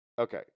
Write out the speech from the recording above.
okay